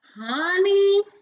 honey